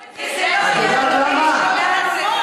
אדוני צריך לשאול את עצמו את זה.